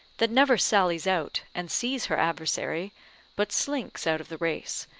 that never sallies out and sees her adversary but slinks out of the race,